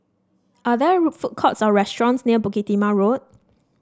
are there food courts or restaurants near Bukit Timah Road